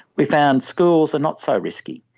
we found schools are not so risky.